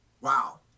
Wow